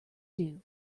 due